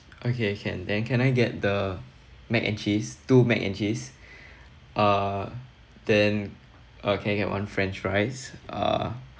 okay can then can I get the mac and cheese two mac and cheese uh then uh can I get one french fries uh